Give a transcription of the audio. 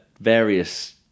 Various